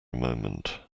moment